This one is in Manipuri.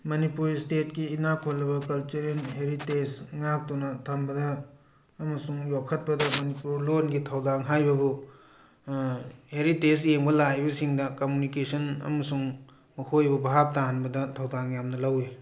ꯃꯅꯤꯄꯨꯔ ꯁꯇꯦꯠꯀꯤ ꯏꯅꯥꯈꯨꯜꯂꯕ ꯀꯜꯆꯥꯔꯦꯜ ꯍꯦꯔꯤꯇꯦꯁ ꯉꯥꯛꯇꯨꯅ ꯊꯝꯅꯕ ꯑꯃꯁꯨꯡ ꯌꯣꯛꯈꯠꯄꯗ ꯃꯅꯤꯄꯨꯔ ꯂꯣꯟꯒꯤ ꯊꯧꯗꯥꯡ ꯍꯥꯏꯕꯕꯨ ꯍꯦꯔꯤꯇꯦꯁ ꯌꯦꯡꯕ ꯂꯥꯛꯏꯕ ꯁꯤꯡꯅ ꯀꯝꯃꯨꯅꯤꯀꯦꯁꯟ ꯑꯃꯁꯨꯡ ꯃꯈꯣꯏꯕꯨ ꯚꯥꯞ ꯇꯥꯍꯟꯕꯗ ꯊꯧꯗꯥꯡ ꯌꯥꯝꯅ ꯂꯧꯏ